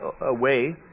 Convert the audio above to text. away